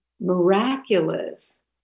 miraculous